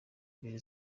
mbere